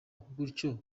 gutyo